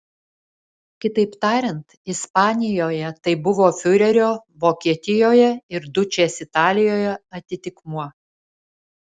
kitaip tariant ispanijoje tai buvo fiurerio vokietijoje ir dučės italijoje atitikmuo